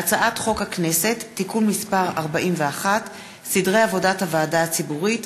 הצעת חוק הכנסת (תיקון מס' 41) (סדרי עבודת הוועדה הציבורית),